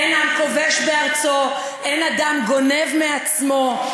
אין עם כובש בארצו, אין אדם גונב מעצמו.